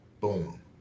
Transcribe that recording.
boom